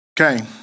Okay